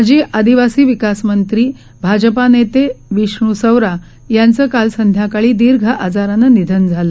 माजीआदिवासीविकासमंत्री भाजपानेतेविष्णूसवरायांचंकालसंध्याकाळीदीर्घआजारानंनिधनझालं